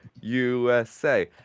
USA